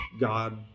God